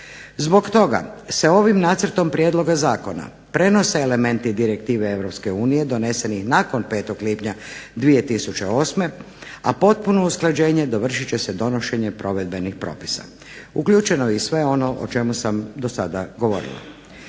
Zbog toga se ovim nacrtom prijedloga zakona prenose elementi direktive EU doneseni nakon 5. lipnja 2008., a postupno usklađenje dovršit će se donošenjem provedbenih propisa. Uključeno je i sve ono o čemu sam do sada govorila.